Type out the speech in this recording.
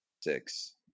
six